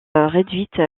réduite